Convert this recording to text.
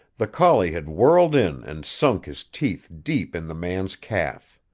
the collie had whirled in and sunk his teeth deep in the man's calf.